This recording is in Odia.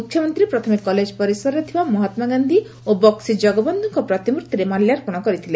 ମୁଖ୍ୟମନ୍ତୀ ପ୍ରଥମେ କଲେଜ ପରିସରରେ ଥିବା ମହାତ୍ମାଗାନ୍ଧି ଓ ବକ୍କି ଜଗବନ୍ଧୁଙ୍କ ପ୍ରତିମୂର୍ତିରେ ମାଲ୍ୟାର୍ପଣ କରିଥିଲେ